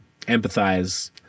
empathize